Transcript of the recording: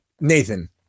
Nathan